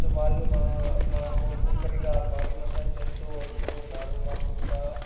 so వాళ్ళు మాకు మాకు ఒక్కొక్కరిగా బాడీ మసాజ్ చేస్తూ వస్తూ ఉన్నారు మాకు ఇంకా